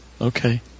Okay